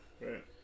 right